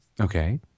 Okay